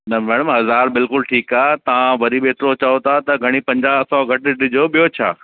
न मैडम हज़ार बिल्कुलु ठीकु आहे तव्हां वरी बि एतिरो चओ था त घणी पंजाहु सौ घटि ॾिजो ॿियो छा